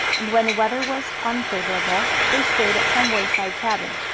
and when the weather was unfavorable they stayed at some wayside cabin.